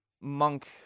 Monk